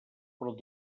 però